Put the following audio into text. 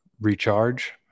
recharge